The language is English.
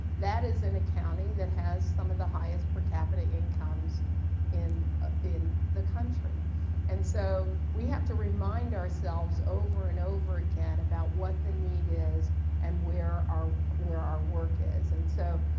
that is in a county that has some of the highest per capita incomes in in the country and so we have to remind ourselves over and over again about what the need is and where our where our work is. and so,